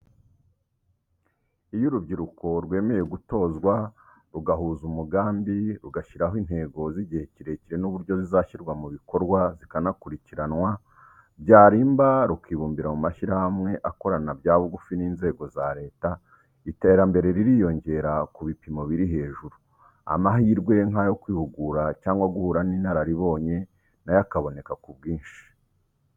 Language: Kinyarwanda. Iyo urubyiruko rwemeye gutozwa, rugahuza umugambi, rugashyiraho intego z'igihe kirekire n'uburyo zizashyirwa mu bikorwa, zikanakurikiranwa, byarimba rukibumbira mu mashyirahamwe akorana bya bugufi n'inzego za leta, iterambere ririyongera ku bipimo biri hejuru, amahirwe nk'ayo kwihugura cyangwa guhura n'inararibonye na yo akaboneka ku bwinshi.